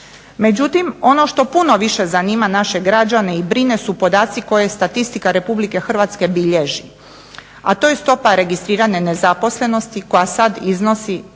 Međutim, ono što puno više zanima naše građane i brine su podaci koje statistika Republike Hrvatske bilježi a to je stopa registrirane nezaposlenosti koja sada iznosi